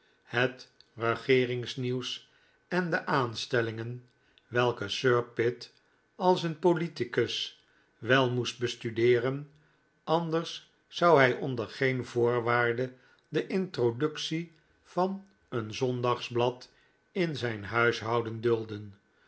het regeeringsnieuws en de aanstellingen welke sir pitt als een politicus wel moest bestudeeren anders zou hij onder geen voorwaarde de introductie van een zondagsblad in zijn huishouden dulden